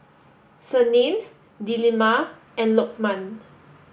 Senin Delima and Lokman